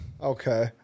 Okay